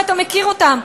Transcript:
ואתה מכיר אותם.